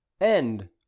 End